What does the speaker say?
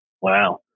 Wow